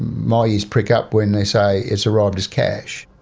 my ears prick up when they say it's arrived as cash.